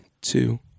two